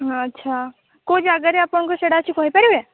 ଓ ଆଚ୍ଛା କେଉଁ ଜାଗାରେ ଆପଣଙ୍କୁ ସେଇଟା ଅଛି କହିପାରିବେ